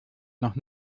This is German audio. noch